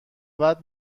بعد